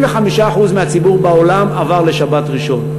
75% מהציבור בעולם עבר לשבת-ראשון,